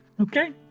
okay